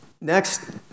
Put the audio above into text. Next